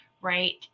right